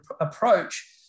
approach